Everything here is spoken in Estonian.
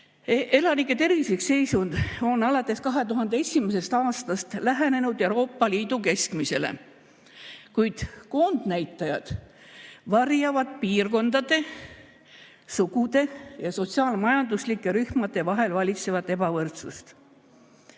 Elanike tervislik seisund on alates 2001. aastast lähenenud Euroopa Liidu keskmisele. Kuid koondnäitajad varjavad piirkondade, sugude ja sotsiaal-majanduslike rühmade vahel valitsevat ebavõrdsust.